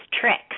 tricks